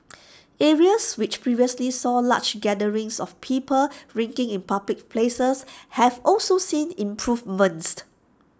areas which previously saw large gatherings of people drinking in public places have also seen improvements